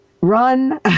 run